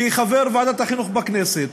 כחבר ועדת החינוך בכנסת,